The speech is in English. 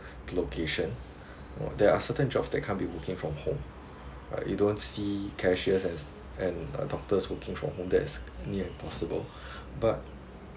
location there are certain jobs that can't be working from home right you don't see cashiers and and doctors working from home that is near impossible but